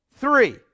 Three